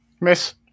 Miss